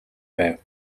байв